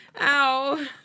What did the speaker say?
Ow